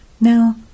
Now